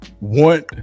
want